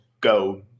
go